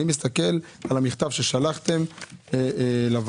אני מסתכל על המכתב ששלחתם לוועדה